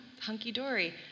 hunky-dory